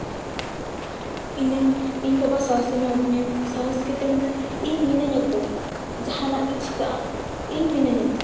ᱤᱱᱟᱹ ᱤᱧ ᱵᱟᱵᱟ ᱥᱟᱸᱦᱚᱥᱮ ᱮᱢᱟᱫᱤᱧᱟᱹ ᱥᱟᱸᱦᱚᱥ ᱠᱟᱛᱮ ᱢᱮᱱ ᱮᱫᱟᱭ ᱤᱧ ᱢᱤᱱᱟᱹᱧᱟᱛᱚ ᱡᱟᱦᱟᱸᱱᱟᱜ ᱜᱮ ᱪᱤᱠᱟᱹᱜᱼᱟ ᱤᱧ ᱢᱤᱱᱟᱹᱧᱟᱛᱚ